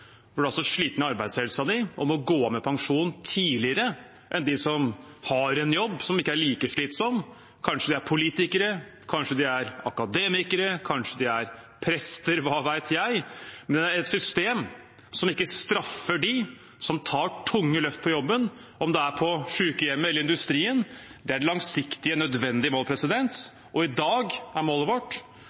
gå av med pensjon tidligere enn dem som har en jobb som ikke er like slitsom. Kanskje de er politikere, kanskje de er akademikere, kanskje de er prester – hva vet jeg – men et system som ikke straffer dem som tar tunge løft på jobben, om det er på sykehjem eller i industrien, er et langsiktig og nødvendig mål. I dag er målet vårt